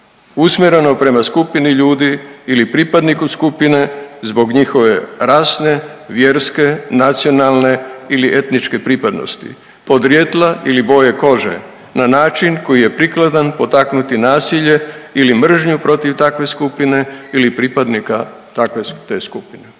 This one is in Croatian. usmjerenog prema skupini ljudi ili pripadniku skupine zbog njihove rasne, vjerske, nacionalne ili etničke pripadnosti, podrijetla ili boje kože na način koji je prikladan potaknuti nasilje ili mržnju protiv takve skupine ili pripadnika te skupine.“